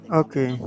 okay